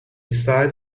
beside